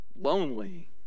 lonely